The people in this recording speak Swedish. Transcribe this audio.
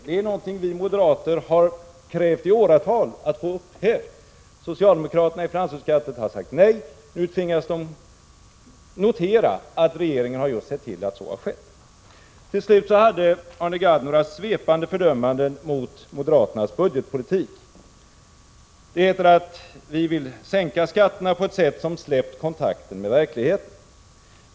Det är någonting som vi moderater i åratal har krävt att få upphävt. Socialdemokraterna i finansutskottet har sagt nej, men nu tvingas de notera att regeringen har sett till att så har skett. Till slut hade Arne Gadd några svepande fördömanden mot moderaternas budgetpolitik. Det heter att vi vill sänka skatterna på ett sätt som släppt kontakten med verkligheten.